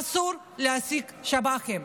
אסור להעסיק שב"חים,